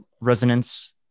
resonance